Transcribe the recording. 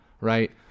Right